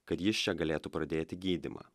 kad jis čia galėtų pradėti gydymą